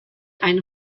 ein